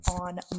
on